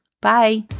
Bye